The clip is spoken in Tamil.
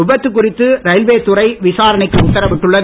விபத்து குறித்து ரயில்வேத் துறை விசாரணைக்கு உத்தரவிட்டுள்ளது